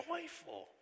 joyful